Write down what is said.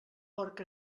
porc